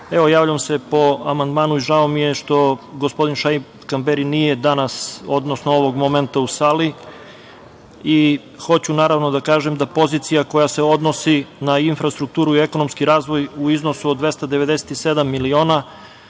javljam se po amandmanu i žao mi je što gospodin Šaip Kamberi nije danas, odnosno ovog momenta u sali i hoću da kažem da pozicija koja se odnosi na infrastrukturu i ekonomski razvoj u iznosu od 297 miliona